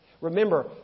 Remember